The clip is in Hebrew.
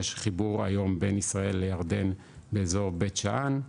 יש חיבור היום בין ישראל לירדן באזור בית שאן,